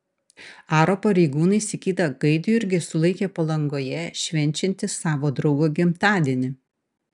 aro pareigūnai sigitą gaidjurgį sulaikė palangoje švenčiantį savo draugo gimtadienį